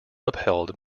upheld